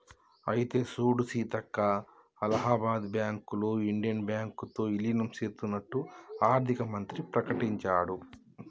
అయితే సూడు సీతక్క అలహాబాద్ బ్యాంకులో ఇండియన్ బ్యాంకు తో ఇలీనం సేత్తన్నట్టు ఆర్థిక మంత్రి ప్రకటించాడు